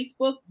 Facebook